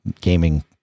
gaming